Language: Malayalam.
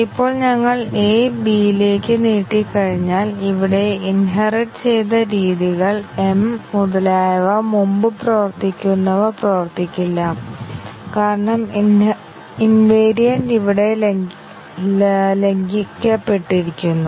ഇപ്പോൾ ഞങ്ങൾ A Bയിലേക്ക് നീട്ടിക്കഴിഞ്ഞാൽ ഇവിടെ ഇൻഹെറിറ്റ് ചെയ്ത രീതികൾ m മുതലായവ മുമ്പ് പ്രവർത്തിക്കുന്നവ പ്രവർത്തിക്കില്ല കാരണം ഇൻവേറിയന്റ് ഇവിടെ ലംഘിക്കപ്പെട്ടിരിക്കുന്നു